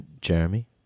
Jeremy